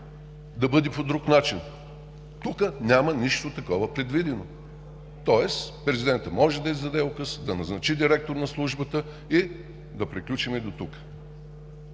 да бъде по друг начин. Тук няма предвидено нищо такова, тоест президентът може да издаде указ, да назначи директор на службата и да приключим до тук.